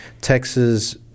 Texas